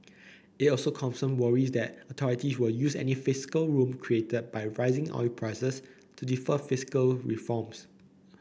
it also confirms worries that authorities will use any fiscal room created by rising oil prices to defer fiscal reforms